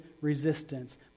resistance